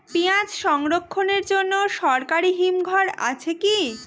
পিয়াজ সংরক্ষণের জন্য সরকারি হিমঘর আছে কি?